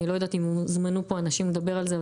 אני לא יודעת אם הוזמנו פה אנשים לדבר על זה,